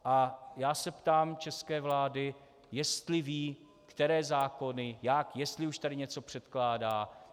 A já se ptám české vlády, jestli ví, které zákony, jak, jestli už tady něco předkládá.